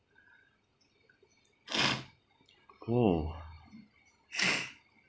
oh